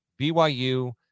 BYU